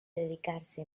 dedicarse